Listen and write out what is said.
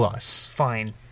Fine